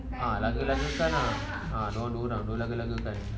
laga-lagakan ah dorang dua orang dorang laga-lagakan